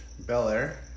Bel-Air